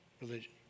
religion